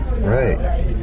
Right